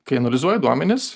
kai analizuoji duomenis